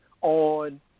on